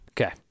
Okay